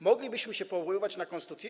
Moglibyśmy się powoływać na konstytucję.